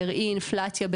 בראי אינפלציה,